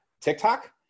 TikTok